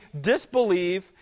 disbelieve